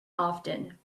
often